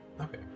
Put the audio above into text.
Okay